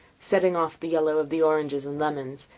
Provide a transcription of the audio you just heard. setting off the yellow of the oranges and lemons,